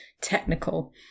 technical